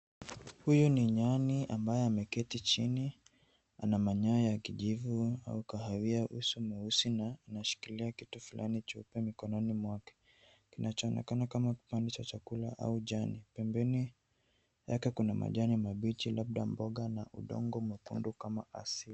Huyu ni nyani ambaye ameketi chini ana manyoya ya kijivu au kahawia uso mweusi na inashihikilia kitu fulani cheupe mikononi mwake, kinachoonekana kama kipande cha chakula au jani. Pembeni yake kuna majani mabichi labda mboga na udongo mwekundu kama asili.